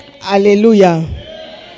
Hallelujah